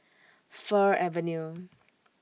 Fir Avenue